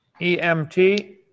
EMT